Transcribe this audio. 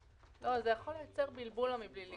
זה יכול לייצר בלבול.